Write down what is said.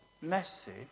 message